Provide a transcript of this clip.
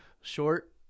short